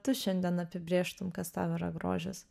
tu šiandien apibrėžtum kas tau yra grožis